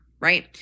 Right